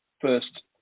first